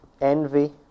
envy